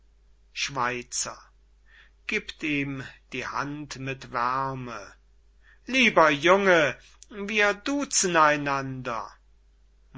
wärme lieber junge wir dutzen